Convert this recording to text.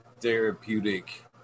therapeutic